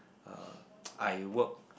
uh I work